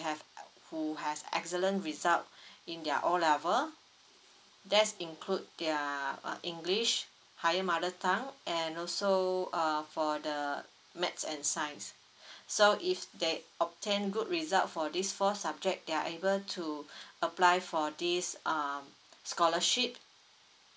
have who have excellent result in their o level that's include their uh english higher mother tongue and also uh for the maths and science so if they obtain good result for these four subject they are able to apply for this um scholarship